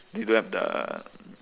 they don't have the